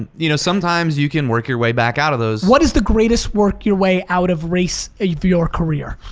and you know sometimes you can work your way back out of those. what is the greatest work your way out of race of ah your career?